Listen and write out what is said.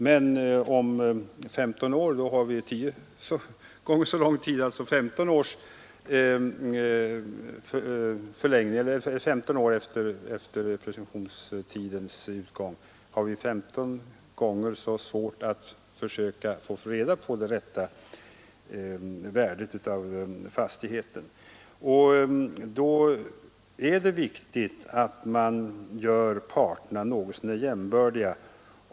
Men om 15 år måste vi gå tio gånger så långt tillbaka i tiden, alltså 15 år efter presumtionstidens utgång, och vi har många gånger så svårt att få reda på fastighetens rätta värde, Det är då viktigt att man gör parterna något så när jämbördiga.